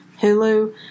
Hulu